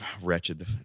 Wretched